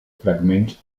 fragments